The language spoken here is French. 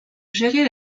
gérer